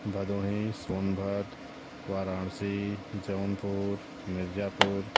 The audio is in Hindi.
भदोही सोनभाद्र वाराणसी जौनपुर मिर्ज़ापुर